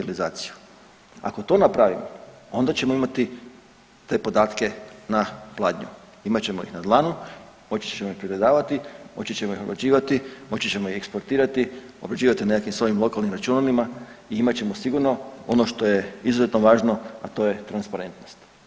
Ako to napravimo onda ćemo imati te podatke na pladnju, imat ćemo ih na dlanu, moći ćemo ih pregledavati, moći ćemo ih obrađivati, moći ćemo ih eksportirati, obrađivati na nekakvim svojim lokalnim računima i imat ćemo sigurno ono što je izuzetno važno, a to je transparentnost.